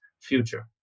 future